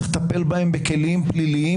צריך לטפל בהם בכלים פליליים,